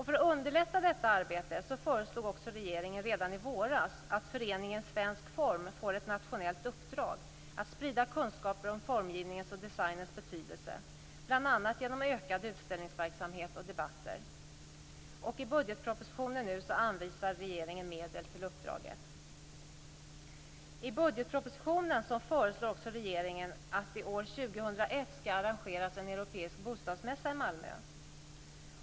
För att underlätta detta arbete föreslog regeringen redan i våras att Föreningen Svensk Form skulle få ett nationellt uppdrag att sprida kunskaper om formgivningens och designens betydelse, bl.a. genom ökad utställningsverksamhet och debatter. I budgetpropositionen anvisar regeringen medel till uppdraget. I budgetpropositionen föreslår också regeringen att det år 2001 skall arrangeras en europeisk bostadsmässa i Malmö.